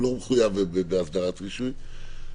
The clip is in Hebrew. הוא לא מחויב בהסדרת רישוי,